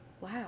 wow